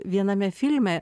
viename filme